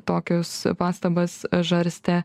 tokius pastabas žarstė